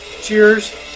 cheers